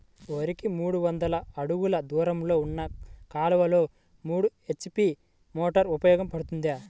వరికి మూడు వందల అడుగులు దూరంలో ఉన్న కాలువలో మూడు హెచ్.పీ మోటార్ ఉపయోగపడుతుందా?